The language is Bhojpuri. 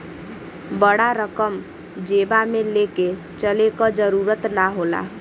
बड़ा रकम जेबा मे ले के चले क जरूरत ना होला